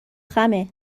خمه